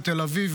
מתל אביב,